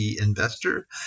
Investor